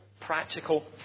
practical